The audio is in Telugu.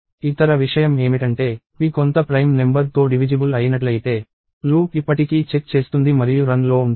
ఇతర విషయం ఏమిటంటే p కొంత ప్రైమ్ నెంబర్ తో డివిజిబుల్ అయినట్లయితే లూప్ ఇప్పటికీ చెక్ చేస్తుంది మరియు రన్ లో ఉంటుంది